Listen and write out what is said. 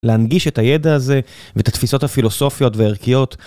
להנגיש את הידע הזה ואת התפיסות הפילוסופיות והערכיות.